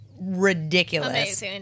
ridiculous